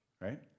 right